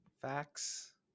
facts